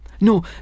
No